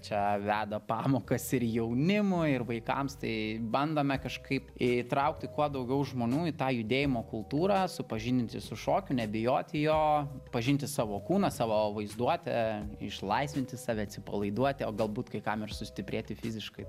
čia veda pamokas ir jaunimui ir vaikams tai bandome kažkaip įtraukti kuo daugiau žmonių į tą judėjimo kultūrą supažindinti su šokiu nebijoti jo pažinti savo kūną savo vaizduotę išlaisvinti save atsipalaiduoti o galbūt kai kam ir sustiprėti fiziškai